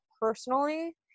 personally